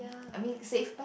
I mean save